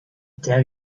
tell